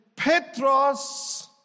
Petros